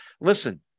Listen